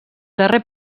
darrer